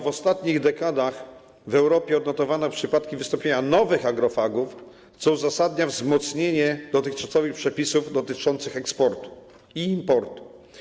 W ostatnich dekadach w Europie odnotowano przypadki wystąpienia nowych agrofagów, co uzasadnia wzmocnienie dotychczasowych przepisów dotyczących eksportu i importu.